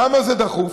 למה זה דחוף?